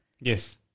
Yes